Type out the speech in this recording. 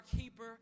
keeper